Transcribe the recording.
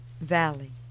Valley